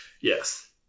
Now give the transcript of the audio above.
Yes